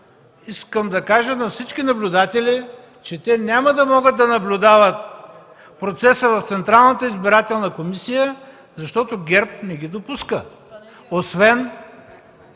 искам да кажа на всички наблюдатели, че те няма да могат да наблюдават процеса в Централната избирателна комисия, защото ГЕРБ не ги допуска. ДОКЛАДЧИК